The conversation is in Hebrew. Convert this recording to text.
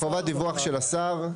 חובת דיווח של השר.